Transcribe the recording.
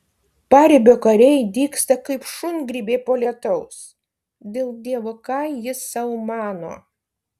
paribio kariai dygsta kaip šungrybiai po lietaus dėl dievo ką jis sau mano